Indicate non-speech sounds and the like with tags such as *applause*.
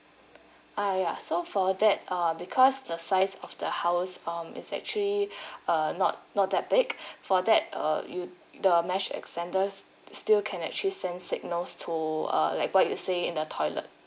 ah ya so for that uh because the size of the house um is actually *breath* uh not not that big *breath* for that uh you the mesh extender s~ still can actually send signals to uh like what you say in the toilet